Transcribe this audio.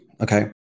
okay